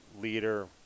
leader